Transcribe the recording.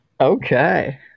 Okay